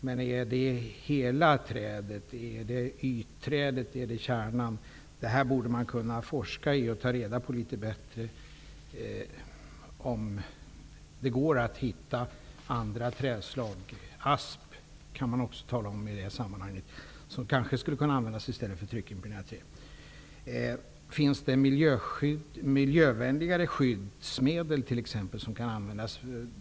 Men man borde kunna forska i om det gäller hela trädet, yträdet eller kärnan. Det borde också gå att ta reda på litet bättre om man kan hitta andra träslag. Det talas även om asp i det här sammanhanget. Det skulle kanske kunna användas i stället för tryckimpregnerat trä. Man borde också forska i om det finns miljövänligare skyddsmedel som kan användas.